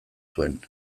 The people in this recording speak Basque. zuen